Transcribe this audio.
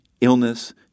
illness